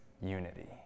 unity